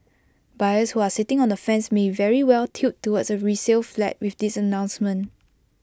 buyers who are sitting on the fence may very well tilt towards A resale flat with this announcement